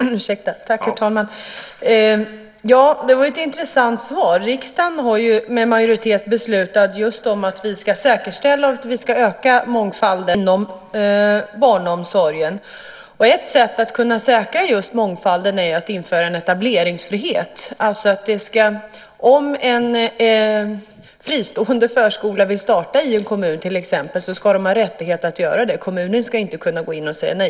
Herr talman! Det var ett intressant svar. Riksdagen har med majoritet beslutat just att vi ska säkerställa och öka mångfalden inom barnomsorgen. Ett sätt att kunna säkra mångfalden är att införa en etableringsfrihet. Om till exempel en fristående förskola vill starta i en kommun ska den ha rättighet att göra det. Kommunen ska inte kunna gå in och säga nej.